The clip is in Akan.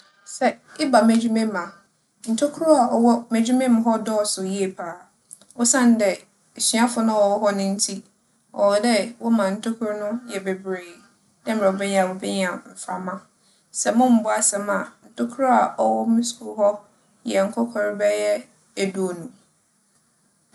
Sɛ eba m'edwuma mu a, ntokura a ͻwͻ m'edwuma mu hͻ dͻͻso yie paa. Osiandɛ esuafo na wͻwͻ hͻ no ntsi, ͻwͻ dɛ wͻma ntokuro no yɛ beberee, dɛ mbrɛ ͻbɛyɛ a wobenya mframa. Sɛ mommbͻ asɛm a, ntokuro a ͻwͻ mo skuul hͻ yɛ nkorkor bɛyɛ eduonu.